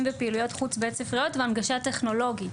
ופעילויות חוץ בית-ספריות והנגשה טכנולוגית,